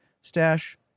stash